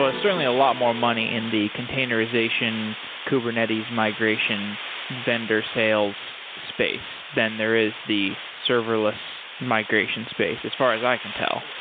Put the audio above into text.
certainly a lot more money in the containerization kubernetes migration vendor sales space than there is the serverless migration space as far as i can tell.